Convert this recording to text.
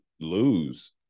lose